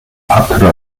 accra